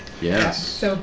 Yes